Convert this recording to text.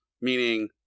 Meaning